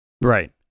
Right